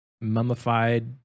mummified